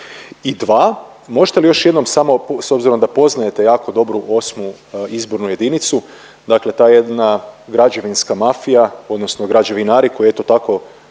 I dva, možete li još jednom samo s obzirom da poznajete jako dobro VIII. izbornu jedinicu, dakle ta jedna građevinska mafija odnosno građevinari koji eto tako